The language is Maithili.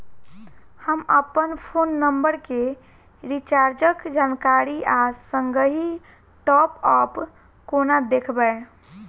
हम अप्पन फोन नम्बर केँ रिचार्जक जानकारी आ संगहि टॉप अप कोना देखबै?